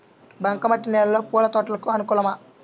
బంక మట్టి నేలలో పూల తోటలకు అనుకూలమా?